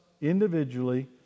individually